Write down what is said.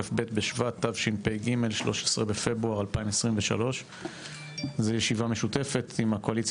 כ"ב בשבט תשפ"ג 13 בפברואר 2023. זו ישיבה משותפת עם הקואליציה